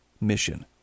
mission